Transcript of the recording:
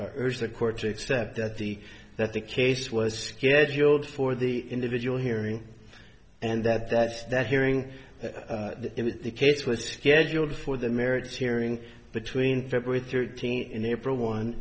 urged the court to accept that the that the case was scheduled for the individual hearing and that that that hearing in the case was scheduled for the merits hearing between february thirteenth in april one